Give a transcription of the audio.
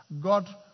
God